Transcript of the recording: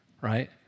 right